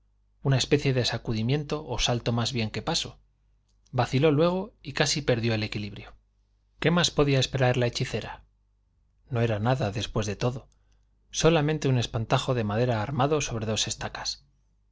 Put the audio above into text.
una especie de sacudimiento o salto más bien que paso vaciló luego y casi perdió el equilibrio qué más podía esperar la hechicera no era nada después de todo solamente un espantajo de madera armado sobre dos estacas